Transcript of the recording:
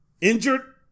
Injured